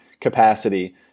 capacity